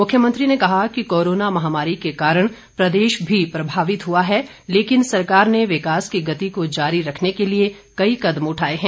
मुख्यमंत्री ने कहा कि कोरोना महामारी के कारण प्रदेश भी प्रभावित हुआ है लेकिन सरकार ने विकास की गति को जारी रखने के लिए कई कदम उठाए हैं